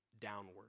downward